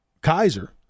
Kaiser